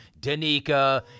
Danica